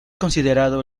considerado